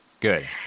Good